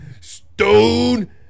Stone